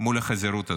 מול החזירות הזאת?